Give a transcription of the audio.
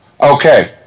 Okay